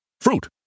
fruit